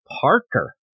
parker